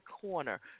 corner